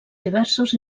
diversos